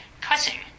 cussing